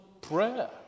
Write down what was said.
prayer